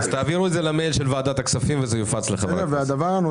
תעבירו את זה למייל של ועדת הכספים וזה יופץ לחברי הכנסת.